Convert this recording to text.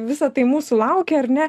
visa tai mūsų laukia ar ne